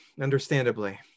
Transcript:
understandably